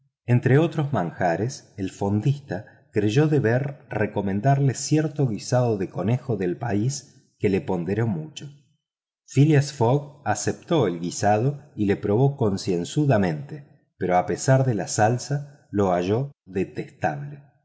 entre otros manjares el fondista creyó deber recomendarle cierto guisado de conejo del país que le ponderó mucho phileas fogg aceptó el guisado y lo probó concienzudamente pero a pesar de la salsa lo halló detestable